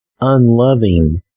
unloving